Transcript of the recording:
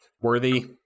Worthy